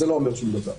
זה לא אומר שום דבר.